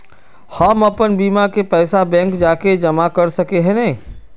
हम अपन बीमा के पैसा बैंक जाके जमा कर सके है नय?